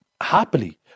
happily